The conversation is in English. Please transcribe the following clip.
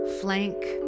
flank